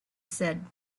said